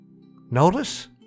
Notice